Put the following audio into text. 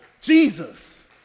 Jesus